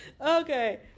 Okay